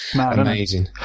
amazing